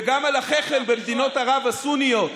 וגם על אחיכם במדינות ערב הסוניות.